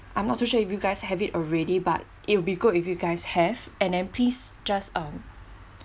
I'm not too sure if you guys have it already but it will be good if you guys have and then please just um